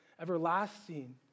everlasting